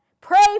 Pray